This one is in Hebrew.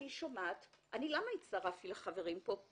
למה הצטרפתי לחברים פה?